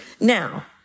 Now